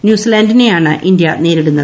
ന്യൂസീലൻഡിനെയാണ് India നേരിടുന്നത്